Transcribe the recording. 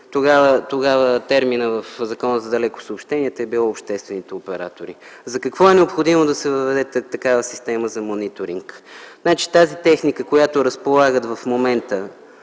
Тогава терминът в Закона за далекосъобщенията е бил „обществените оператори”. Защо е необходимо да се въведе такава система за мониторинг? Тази техника, с която разполагат в момента